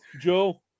Joe